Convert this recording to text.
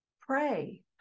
pray